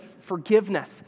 forgiveness